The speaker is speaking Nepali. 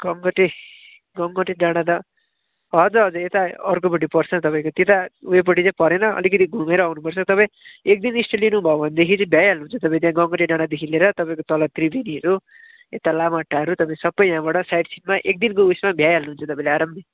गङ्गटे गङ्गटे डाँडा त हजुर हजुर यता अर्कोपट्टि पर्छ तपाईँको त्यता उयोपट्टि चाहिँ परेन अलिकति घुमेर आउनुपर्छ तपाईँ एक दिन स्टे लिनुभयो भनेदेखि चाहिँ भ्याइहाल्नु हुन्छ तपाईँको गङ्गटे डाँडादेखि लिएर तपाईँको तल त्रिवेणीहरू यता लामाहट्टाहरू तपाईँ सबै यहाँबाट साइट सिनमा एक दिनको उयसमा भ्याइहाल्नु हुन्छ तपाईँले आरामले